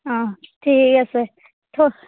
অঁ ঠিক আছে থ